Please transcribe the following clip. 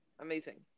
Amazing